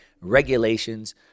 regulations